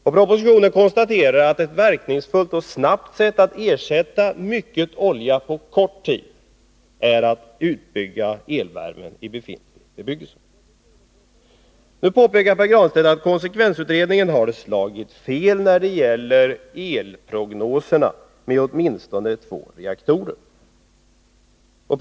I propositionen konstateras att ett verkningsfullt och snabbt sätt att ersätta mycket olja på kort tid är att bygga ut elvärme i befintlig bebyggelse. Nu påpekar Pär Granstedt att konsekvensutredningen har slagit fel med åtminstone två reaktorer när det gäller elprognoserna.